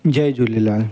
Jay Jhulelal